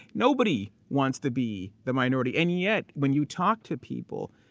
nobody wants to be the minority. and yet, when you talk to people,